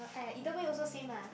!aiya! either way also same lah